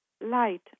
light